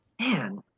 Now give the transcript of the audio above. Man